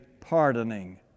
pardoning